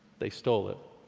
they stole it.